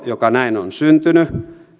joka näin on syntynyt